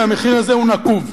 והמחיר הזה הוא נקוב.